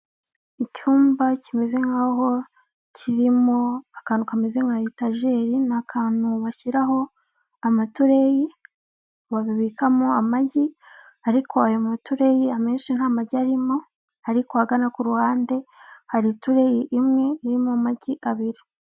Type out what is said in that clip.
Icyumba kimeze nk'aho kirimo, akantu kameze nka etageri .ni akantu bashyiraho amatureyi babibikamo amagi, ariko ayo maturereyi amenshi nta magi arimo, ariko ahagana ku ruhande hari itureyi imwe irimo amagi abiri.